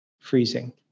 freezing